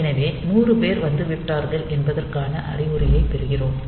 எனவே 100 பேர் வந்துவிட்டார்கள் என்பதற்கான அறிகுறியைப் பெறுகிறோம்